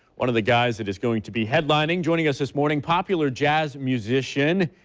one of the guys that is going to be headlining joining us this morning. popular jazz musician,